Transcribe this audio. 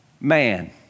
man